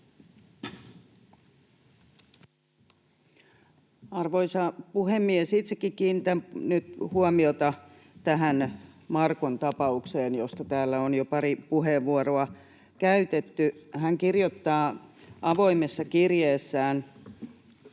Arvoisa puhemies! Itsekin kiinnitän nyt huomiota tähän Markon tapaukseen, josta täällä on jo pari puheenvuoroa käytetty. Hän kirjoittaa avoimessa kirjeessään